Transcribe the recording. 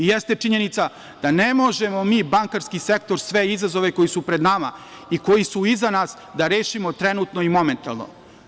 I jeste činjenica da ne možemo mi bankarski sektor, sve izazove koji su pred nama i koji su iza nas, da rešimo trenutno i momentalno.